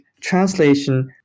translation